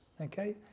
Okay